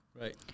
right